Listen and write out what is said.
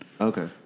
Okay